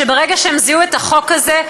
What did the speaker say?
שברגע שהן זיהו את החוק הזה,